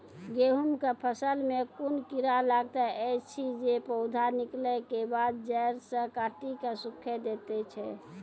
गेहूँमक फसल मे कून कीड़ा लागतै ऐछि जे पौधा निकलै केबाद जैर सऽ काटि कऽ सूखे दैति छै?